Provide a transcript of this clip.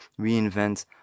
reinvent